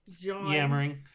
yammering